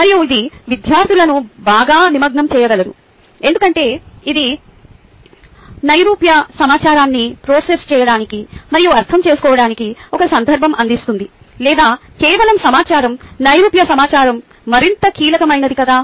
మరియు ఇది విద్యార్థులను బాగా నిమగ్నం చేయగలదు ఎందుకంటే ఇది నైరూప్య సమాచారాన్ని ప్రాసెస్ చేయడానికి మరియు అర్థం చేసుకోవడానికి ఒక సందర్భం అందిస్తుంది లేదా కేవలం సమాచారం నైరూప్య సమాచారం మరింత కీలకమైనది కదా